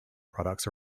products